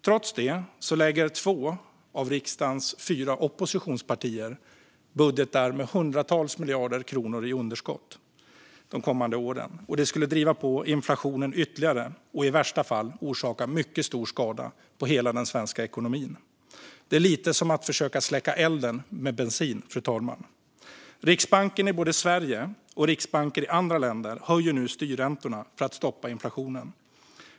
Trots detta lägger två av riksdagens fyra oppositionspartier budgetar med hundratals miljarder kronor i underskott de kommande åren. Det skulle driva på inflationen ytterligare och i värsta fall orsaka mycket stor skada på hela den svenska ekonomin. Det är lite som att försöka släcka elden med bensin, fru talman. Både Riksbanken i Sverige och riksbanker i andra länder höjer nu styrräntorna för att stoppa inflationen.